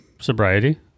sobriety